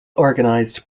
organized